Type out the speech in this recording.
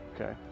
Okay